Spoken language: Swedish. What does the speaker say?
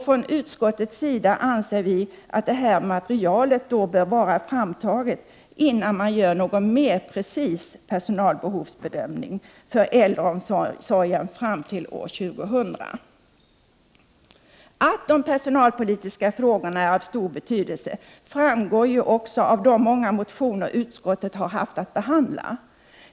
Från utskottets sida anser vi att detta material bör vara framtaget innan någon mer precis personalbehovsbedömning kan göras för äldreomsorgen fram till år 2000. Att de personalpolitiska frågorna är av stor betydelse framgår av de många motioner utskottet har haft att behandla.